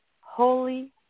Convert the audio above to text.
Holy